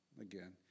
again